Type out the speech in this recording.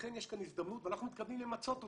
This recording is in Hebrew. לכן יש כאן הזדמנות, ואנחנו מתכוונים למצות אותה.